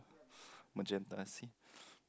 magenta I see